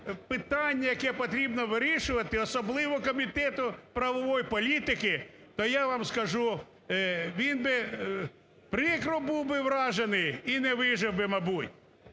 питання, яке потрібно вирішувати, особливо Комітету правової політики. То я вам скажу, він би прикро був би вражений і не вижив би, мабуть.